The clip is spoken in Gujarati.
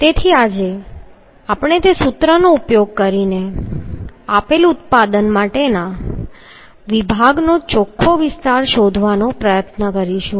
તેથી આજે આપણે તે સૂત્રનો ઉપયોગ કરીને આપેલ ઉત્પાદન માટેના વિભાગનો ચોખ્ખો વિસ્તાર શોધવાનો પ્રયાસ કરીશું